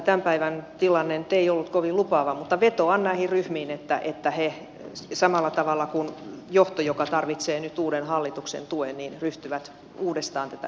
tämän päivän tilanne nyt ei ollut kovin lupaava mutta vetoan näihin ryhmiin että ne samalla tavalla kuin johto joka tarvitsee nyt uuden hallituksen tuen ryhtyvät uudestaan tätä dialogia käymään